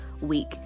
week